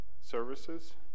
services